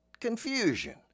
confusion